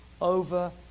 over